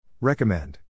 Recommend